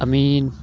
امین